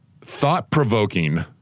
thought-provoking